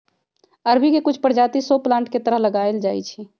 अरबी के कुछ परजाति शो प्लांट के तरह लगाएल जाई छई